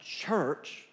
church